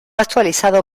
actualizado